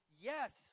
yes